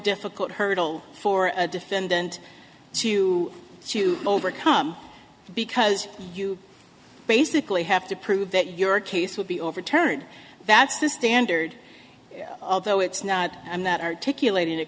difficult hurdle for a defendant to to overcome because you basically have to prove that your case will be overturned that's the standard although it's not i'm not articulat